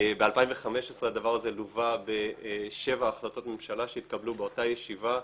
ב-2015 הדבר הזה לווה ב-7 החלטות מממשלה שהתקבלו באותה ישיבה.